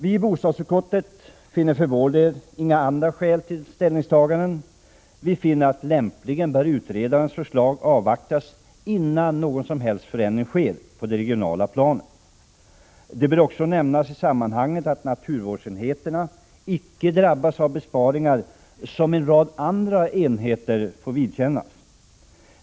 Vi i bostadsutskottet finner för vår del inga skäl till andra ställningstaganden. Utredarens förslag bör lämpligen avvaktas innan någon förändring sker på det regionala planet. Det bör också nämnas i sammanhanget att naturvårdsenheterna icke drabbas av besparingar som en rad andra enheter får vidkännas.